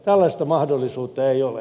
tällaista mahdollisuutta ei ole